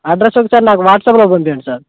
address ఒక సారి నాకు వాట్సాప్లో పంపించండి సార్